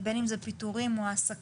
בין אם זה פיטורים או העסקה,